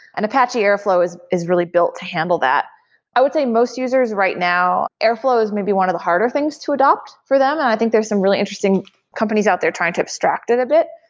and apache airflow is is really built to handle that i would say most users right now, airflow is maybe one of the harder things to adopt for them and i think there's some really interesting companies out there trying to abstract it a bit.